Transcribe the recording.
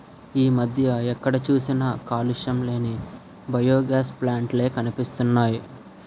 ఈ మధ్య ఎక్కడ చూసినా కాలుష్యం లేని బయోగాస్ ప్లాంట్ లే కనిపిస్తున్నాయ్